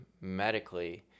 medically